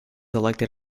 elected